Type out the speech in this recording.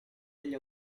degli